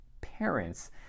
parents